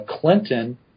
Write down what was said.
Clinton